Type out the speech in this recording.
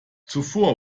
zuvor